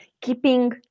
keeping